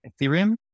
Ethereum